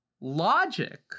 Logic